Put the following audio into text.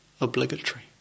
obligatory